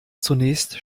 zunächst